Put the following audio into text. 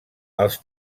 els